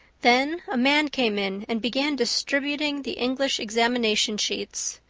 then a man came in and began distributing the english examination sheets.